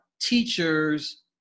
teachers